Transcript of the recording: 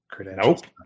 Nope